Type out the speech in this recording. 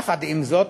יחד עם זאת,